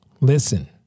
Listen